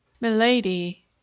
milady